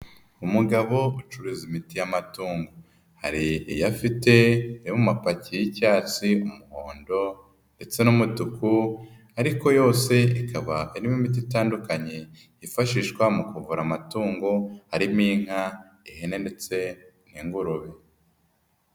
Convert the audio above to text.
Umugabo ucuruza imiti y'amatungo, hari iyo afite yo mu mapaki y'icyatsi, umuhondo ndetse n'umutuku ariko yose ikaba irimo imiti itandukanye yifashishwa mu kuvura amatungo harimo inka, ihene ndetse n'ingurube.